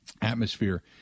atmosphere